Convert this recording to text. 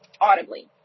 audibly